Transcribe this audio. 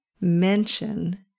mention